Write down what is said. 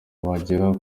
bagera